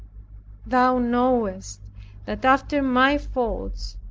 thou knowest that after my faults,